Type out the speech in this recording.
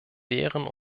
wären